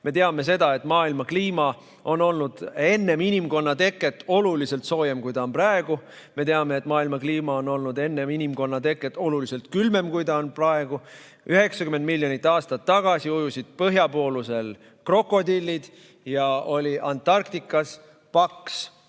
Me teame seda, et maailma kliima on olnud enne inimkonna teket oluliselt soojem, kui ta on praegu. Me teame, et maailma kliima on olnud enne inimkonna teket oluliselt külmem, kui ta on praegu. 90 miljonit aastat tagasi ujusid põhjapoolusel krokodillid ja Antarktikas oli